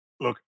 Look